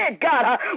God